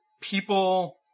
people